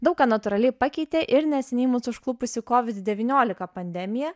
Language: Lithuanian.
daug ką natūraliai pakeitė ir neseniai mus užklupusi covid devyniolika pandemija